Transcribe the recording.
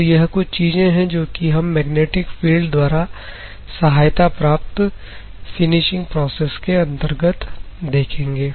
तो यह कुछ चीजें हैं जो कि हम मैग्नेटिक फील्ड द्वारा सहायता प्राप्त फिनिशिंग प्रोसेस के अंतर्गत देखेंगे